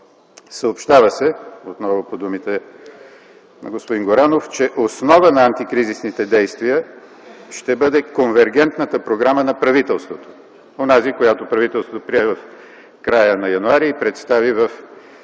Съобщава се, отново по думите на господин Горанов, че основа на антикризисните действия ще бъде конвергентната програма на правителството – онази, която правителството прие в края на януари и представи в